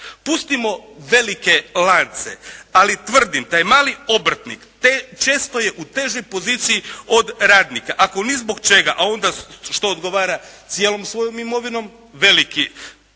Pustimo velike lance. Ali tvrdim, taj mali obrtnik često je u težoj poziciji od radnika, ako ni zbog čega, a ona što odgovara cijelom svojom imovinom, veliki